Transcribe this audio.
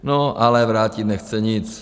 No, ale vrátit nechce nic.